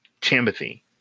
Timothy